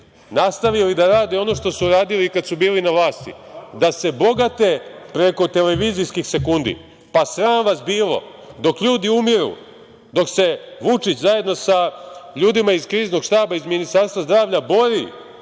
nastavili da rade ono što su radili i kad su bili na vlasti, da se bogate preko televizijskih sekundi. Pa, sram vas bilo! Dok ljudi umiru, dok se Vučić zajedno sa ljudima iz Kriznog štaba iz Ministarstva zdravlja bori